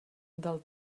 del